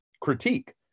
critique